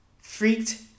freaked